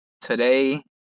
today